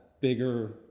bigger